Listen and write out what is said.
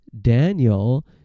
Daniel